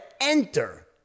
enter